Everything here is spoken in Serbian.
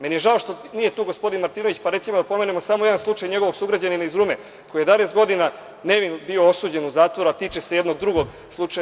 Meni je žao što nije tu gospodin Martinović, pa recimo, da pomenemo samo jedan slučaj njegovog sugrađanina iz Rume, koji je 11 godina nevin bio osuđen u zatvoru, a tiče se jednog drugog slučaja.